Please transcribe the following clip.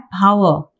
power